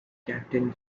captain